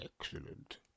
excellent